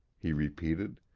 he repeated,